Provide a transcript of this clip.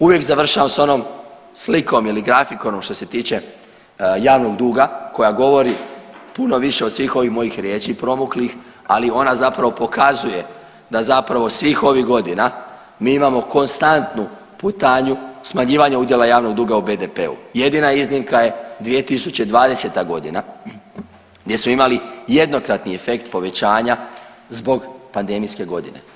Uvijek završavam sa onom slikom ili grafikonom što se tiče javnog duga koja govori puno više od svih ovih mojih riječi promuklih ali ona zapravo pokazuje da zapravo svih ovih godina mi imamo konstantnu putanju smanjivanja udjela javnog duga u BDP-u, jedina iznimka je 2020. godina gdje smo imali jednokratni efekt povećanja zbog pandemijske godine.